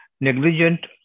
negligent